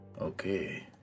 Okay